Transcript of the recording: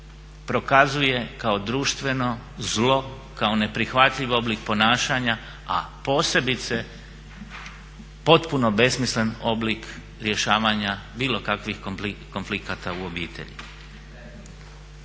prokazuje kao društveno zlo, kao neprihvatljiv oblik ponašanja, a posebice potpuno besmislen oblik rješavanja bilo kakvih konflikata u obitelji.